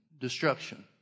destruction